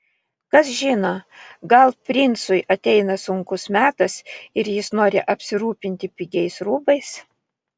kas žino gal princui ateina sunkus metas ir jis nori apsirūpinti pigiais rūbais